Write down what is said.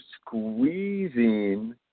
squeezing